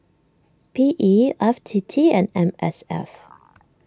P E F T T and M S F